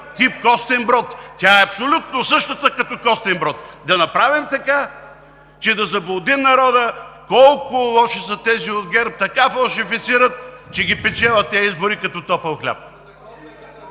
тип „Костинброд“. Тя е абсолютно същата, като Костинброд – да направим така, че да заблудим народа – колко лоши са тези от ГЕРБ, така фалшифицират, че печелят тези избори като топъл хляб.